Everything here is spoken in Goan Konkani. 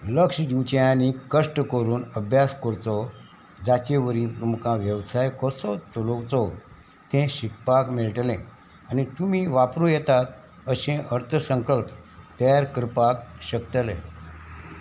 लक्ष दिवचें आनी कश्ट करून अभ्यास करचो जाचे वरवीं तुमकां वेवसाय कसो चलोवचो तें शिकपाक मेळटलें आनी तुमी वापरूं येतात अशे अर्थ संकल्प तयार करपाक शकतले